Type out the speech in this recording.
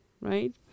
right